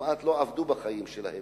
שכמעט לא עבדו בחייהם,